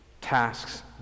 tasks